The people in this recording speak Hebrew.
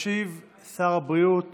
ישיב שר הבריאות